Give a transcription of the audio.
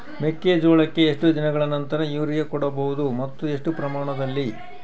ಮೆಕ್ಕೆಜೋಳಕ್ಕೆ ಎಷ್ಟು ದಿನಗಳ ನಂತರ ಯೂರಿಯಾ ಕೊಡಬಹುದು ಮತ್ತು ಎಷ್ಟು ಪ್ರಮಾಣದಲ್ಲಿ?